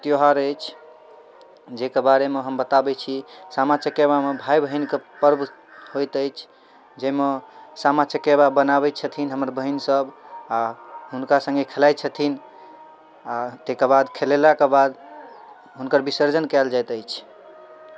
त्योहार अछि जाहिके बारेमे हम बताबै छी सामा चकेबामे भाइ बहिनके पर्व होइत अछि जाहिमे सामा चकेबा बनाबै छथिन हमर बहिनसभ आओर हुनका सङ्गे खेलाइ छथिन आओर ताहिके बाद खेलेलाके बाद हुनकर विसर्जन कएल जाइत अछि